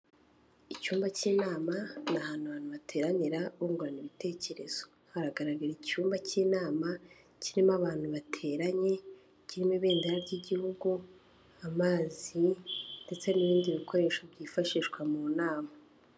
Icyumba cy'inama, ni ahantu abantu bateranira bungurana ibitekerezo, hagaragara icyumba cy'inama kirimo abantu bateranye, kirimo ibendera ry'igihugu, amazi ndetse n'ibindi bikoresho byifashishwa mu nama.